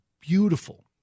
beautiful